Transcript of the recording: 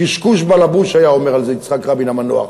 קשקוש בלבוש, היה אומר על זה יצחק רבין המנוח.